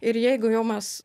ir jeigu jau mes